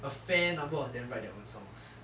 a fair number of them write their own songs